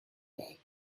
day